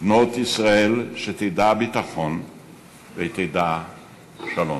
לבנות ישראל שתדע ביטחון ותדע שלום,